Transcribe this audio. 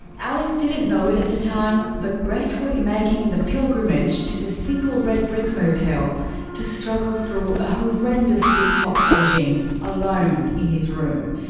alex didn't know it at the time, but brett was making the pilgrimage to the simple red brick motel to struggle through a horrendous detox regime alone in his room.